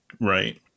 right